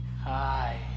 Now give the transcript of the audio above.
Hi